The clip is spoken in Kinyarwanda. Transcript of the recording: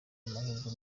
amahirwe